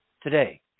today